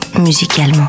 musicalement